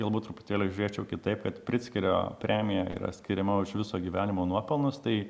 galbūt truputėlį žiūrėčiau kitaip kad prickerio premija yra skiriama už viso gyvenimo nuopelnus tai